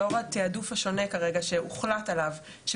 לאור התיעדוף השונה שהוחלט עליו כרגע,